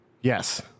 yes